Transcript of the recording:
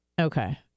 okay